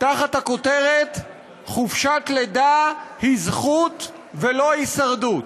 תחת הכותרת "חופשת לידה היא זכות ולא הישרדות".